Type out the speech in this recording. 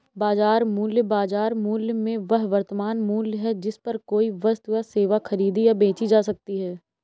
बाजार मूल्य, बाजार मूल्य में वह वर्तमान मूल्य है जिस पर कोई वस्तु या सेवा खरीदी या बेची जा सकती है